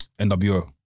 NWO